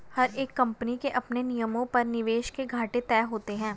हर एक कम्पनी के अपने नियमों पर निवेश के घाटे तय होते हैं